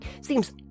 seems